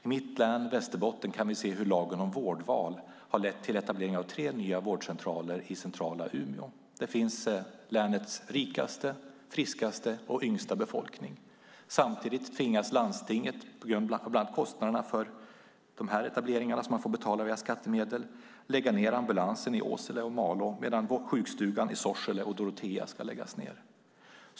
I mitt län Västerbotten kan vi se hur lagen om vårdval har lett till etablering av tre nya vårdcentraler i centrala Umeå. Där finns länets rikaste, friskaste och yngsta befolkning. Samtidigt tvingas landstinget - på grund av bland annat kostnaderna för dessa etableringar, som får betalas via skattemedel - lägga ned ambulansen i Åsele och Malå, medan sjukstugan i Sorsele och Dorotea ska läggas ned.